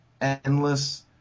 endless